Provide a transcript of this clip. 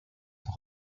auch